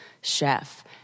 chef